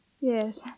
Yes